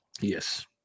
Yes